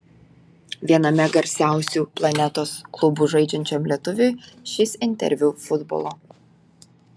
viename garsiausių planetos klubų žaidžiančiam lietuviui šis interviu futbolo